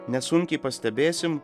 nesunkiai pastebėsim